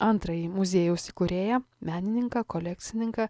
antrąjį muziejaus įkūrėją menininką kolekcininką